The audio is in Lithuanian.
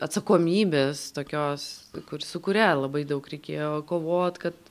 atsakomybės tokios kur su kuria labai daug reikėjo kovot kad